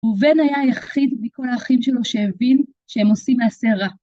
ובן היה היחיד מכל האחים שלו שהבין שהם עושים מעשה רעה.